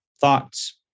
Thoughts